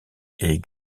est